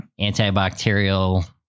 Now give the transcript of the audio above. antibacterial